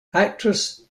actress